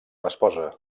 esposa